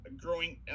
growing